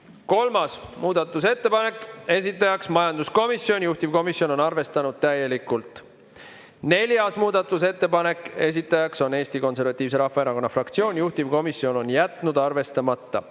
muudatusettepanek, esitajaks majanduskomisjon, juhtivkomisjon on arvestanud täielikult. Neljas muudatusettepanek, esitajaks on Eesti Konservatiivse Rahvaerakonna fraktsioon, juhtivkomisjon on jätnud arvestamata.